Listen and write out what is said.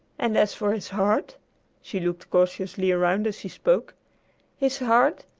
and as for his heart she looked cautiously around as she spoke his heart,